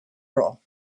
roll